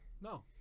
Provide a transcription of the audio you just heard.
No